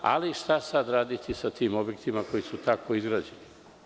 Ali, šta sada raditi sa tim objektima koji su tako izgrađeni?